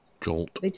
Jolt